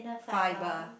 fiber